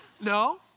No